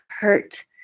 hurt